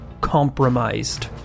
compromised